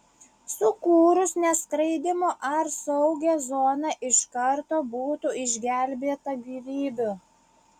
sukūrus neskraidymo ar saugią zoną iš karto būtų išgelbėta gyvybių